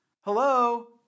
Hello